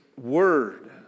word